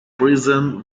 prison